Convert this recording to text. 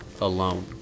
alone